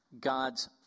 God's